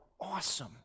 awesome